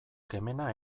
kemena